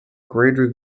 greater